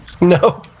No